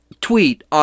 tweet